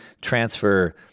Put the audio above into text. transfer